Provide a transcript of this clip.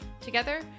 Together